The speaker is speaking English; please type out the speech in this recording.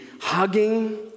hugging